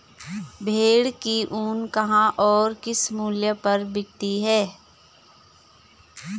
भेड़ की ऊन कहाँ और किस मूल्य पर बिकती है?